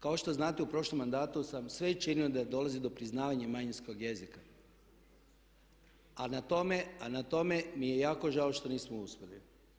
Kao što znate u prošlom mandatu sam sve činio da dolazi do priznavanja manjinskog jezika a na tome mi je jako žao što nismo uspjeli.